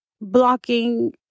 blocking